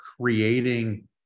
creating